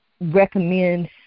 recommend